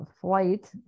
flight